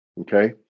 okay